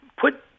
put